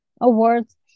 Awards